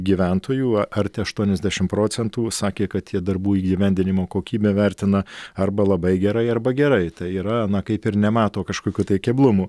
gyventojų a arti aštuoniasdešim procentų sakė kad jie darbų įgyvendinimo kokybę vertina arba labai gerai arba gerai tai yra na kaip ir nemato kažkokių tai keblumų